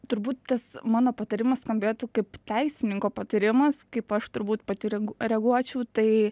turbūt tas mano patarimas skambėtų kaip teisininko patarimas kaip aš turbūt pati regu reaguočiau tai